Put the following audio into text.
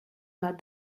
but